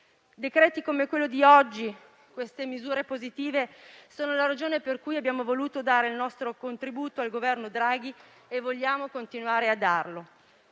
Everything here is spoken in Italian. discussione, contenente queste misure positive, sono la ragione per cui abbiamo voluto dare il nostro contributo al Governo Draghi e vogliamo continuare a darlo.